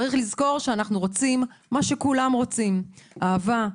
צריך לזכור שאנחנו רוצים מה שכולם רוצים אהבה,